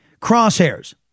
crosshairs